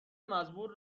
مزبور